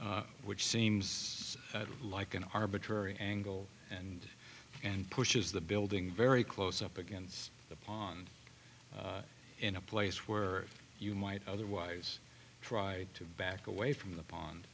which seems like an arbitrary angle and and pushes the building very close up against the pond in a place where you might otherwise try to back away from the pond